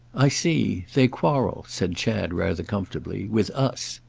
i see. they quarrel, said chad rather comfortably, with us.